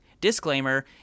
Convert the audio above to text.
Disclaimer